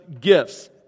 gifts